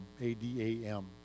A-D-A-M